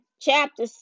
chapter